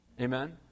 amen